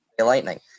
Lightning